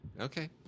Okay